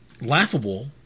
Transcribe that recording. laughable